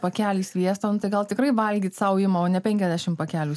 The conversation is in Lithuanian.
pakelį sviesto nu tai gal tikrai valgyt sau ima o ne penkiadešim pakelių